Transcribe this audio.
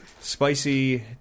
Spicy